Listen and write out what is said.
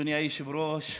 אדוני היושב-ראש,